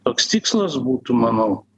toks tikslas būtų manau